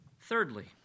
Thirdly